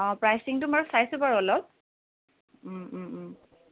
অঁ প্ৰাইচিংটো বাৰু চাইছোঁ বাৰু অলপ